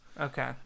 Okay